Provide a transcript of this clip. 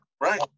right